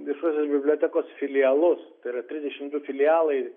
viešosios bibliotekos filialus tai yra trisdešimt du filialai